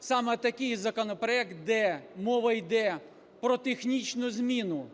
саме такий законопроект, де мова йде про технічну зміну